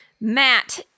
Matt